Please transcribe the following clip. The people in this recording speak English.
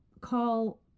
call